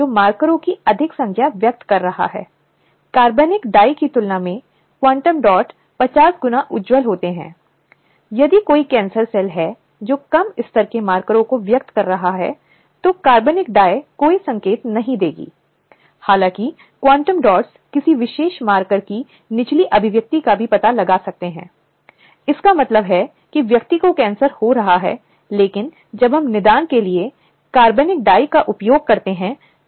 इसलिए यौन उत्पीड़न के लिए वास्तव में किसी व्यक्ति की ओर से शारीरिक रूप से छूने या शारीरिक रूप से परेशान करने की आवश्यकता नहीं है यह व्यवहार का कोई अन्य रूप हो सकता है यह मौखिक हो सकता है या यहां तक कि यह प्रकृति में गैर मौखिक हो सकता है लेकिन अभिव्यक्ति में एक यौन सामग्री है व्यवहार में उत्पीड़ित के शब्द में और यह यौन सामग्री कुछ ऐसी है जो महिलाओं के लिए अवांछित है